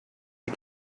you